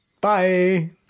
Bye